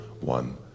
One